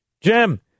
Jim